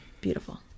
beautiful